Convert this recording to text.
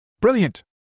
Brilliant